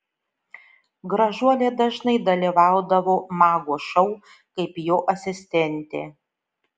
gražuolė dažnai dalyvaudavo mago šou kaip jo asistentė